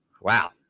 Wow